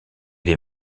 les